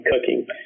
cooking